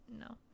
no